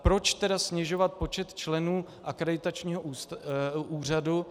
Proč tedy snižovat počet členů akreditačního úřadu?